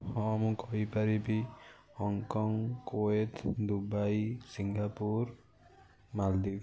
ହଁ ମୁଁ କହିପାରିବି ହଂକଂ କୁଏତ୍ ଦୁବାଇ ସିଙ୍ଗାପୁର ମାଳଦ୍ୱୀପ୍